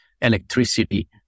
electricity